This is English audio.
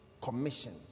commission